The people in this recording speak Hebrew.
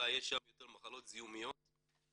אלא יש שם יותר מחלות זיהומיות ופחות